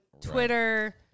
Twitter